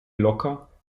locker